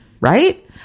Right